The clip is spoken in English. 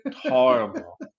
Horrible